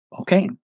Okay